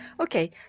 Okay